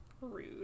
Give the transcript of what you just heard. Rude